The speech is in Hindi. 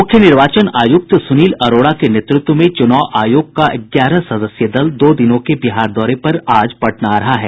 मुख्य निर्वाचन आयुक्त सुनील अरोड़ा के नेतृत्व में चुनाव आयोग का ग्यारह सदस्यीय दल दो दिनों के बिहार दौरे पर आज पटना आ रहा है